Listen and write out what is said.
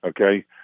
Okay